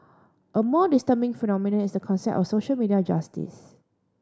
a more disturbing phenomenon is the concept of social media justice